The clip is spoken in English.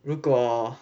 如果